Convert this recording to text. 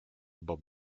bob